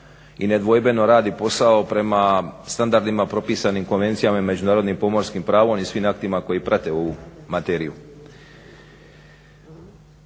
i nedvojbeno radi posao prema standardima propisanim konvencijama i međunarodnim pomorskim pravom i svim aktima koji prate ovu materiju.